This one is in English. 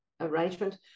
arrangement